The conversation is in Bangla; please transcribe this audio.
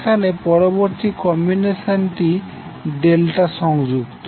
এখন পরবর্তী কম্বিনেশন টি হল ডেল্টা সংযুক্ত